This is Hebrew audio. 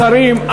השרים,